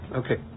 okay